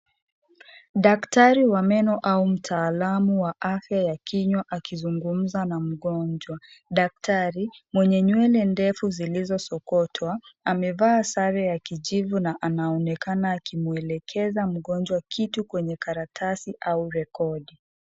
Daktari wa meno au mtaalamu wa afya ya kinywa akizungumza na mgonjwa, daktari mwenye nywele ndefu zilizosokotwa amevaa sare ya kijivu na anaonekana akimwelekeza mgonjwa kitu kwenye karatasi au rekodi.